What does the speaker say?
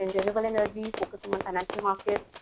and renewable energy, focusing on financial market,